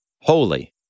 holy